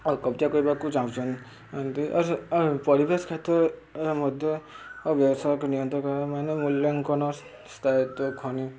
ଅ କବଜା କରିବାକୁ ଚାହୁଁଚନ୍ତି ଏନ୍ତି ପରିବେଶ କ୍ଷେତ୍ରରେ ମଧ୍ୟ ବ୍ୟବସାୟିକ ନିୟନ୍ତ୍ରଣ କରିବାର ମାନେ ମୂଲ୍ୟାଙ୍କନ ସ୍ଥାୟୀତ୍ୱ ଖନୀ